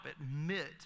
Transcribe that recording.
admit